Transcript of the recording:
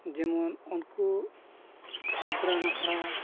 ᱡᱮᱢᱚᱱ ᱩᱱᱠᱩ ᱚᱸᱡᱨᱟ ᱱᱟᱠᱷᱨᱟ